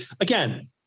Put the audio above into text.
Again